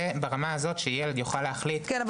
זה ברמה הזו שהילד יוכל להחליט- -- כן,